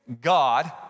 God